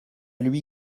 lui